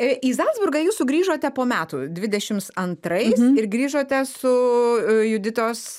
į zalcburgą jūs sugrįžote po metų dvidešimt antrais ir grįžote su juditos